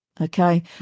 Okay